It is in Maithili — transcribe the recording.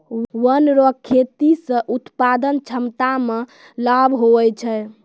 वन रो खेती से उत्पादन क्षमता मे लाभ हुवै छै